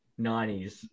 90s